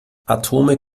atome